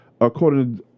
according